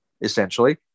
essentially